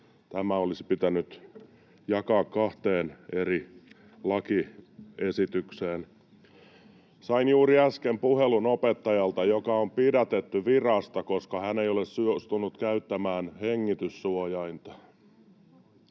Nämä olisi pitänyt jakaa kahteen eri lakiesitykseen. Sain juuri äsken puhelun opettajalta, joka on pidätetty virasta, koska hän ei ole suostunut käyttämään hengityssuojainta.